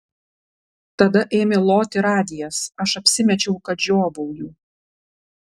tada ėmė loti radijas aš apsimečiau kad žiovauju